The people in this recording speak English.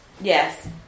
yes